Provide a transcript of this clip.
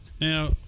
now